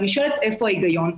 ואני שואלת איפה ההיגיון.